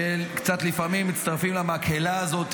שלפעמים קצת מצטרפים למקהלה הזאת,